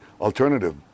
alternative